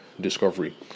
discovery